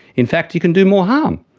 in fact you can do more harm.